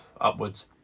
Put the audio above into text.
upwards